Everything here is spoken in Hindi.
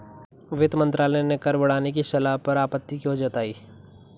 वित्त मंत्रालय ने कर बढ़ाने की सलाह पर आपत्ति क्यों जताई?